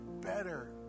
better